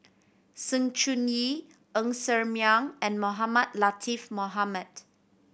Sng Choon Yee Ng Ser Miang and Mohamed Latiff Mohamed